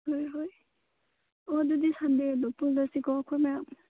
ꯍꯣꯏ ꯍꯣꯏ ꯑꯣ ꯑꯗꯨꯗꯤ ꯁꯟꯗꯦꯗꯣ ꯄꯨꯜꯂꯁꯤꯀꯣ ꯑꯩꯈꯣꯏ ꯃꯌꯥꯝ